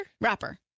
Rapper